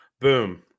Boom